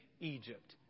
Egypt